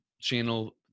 channel